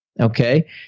Okay